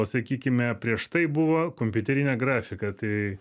sakykime prieš tai buvo kompiuterinė grafika tai